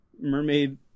mermaid